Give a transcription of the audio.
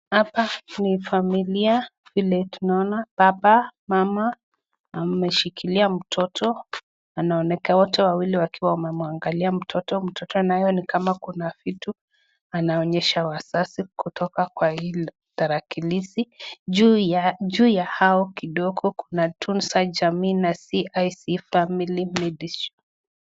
Hapa ni familia vile tunaona baba mama ameshikilia mtoto wote wawili wakiwa wamemwangalia mtoto mtoto naye kama Kuna kitu anaonyesha wazazi kwa Hilo tarakilishi juu ya hayo kidogo Kuna tunatunza jamii na zii famili.